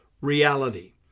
reality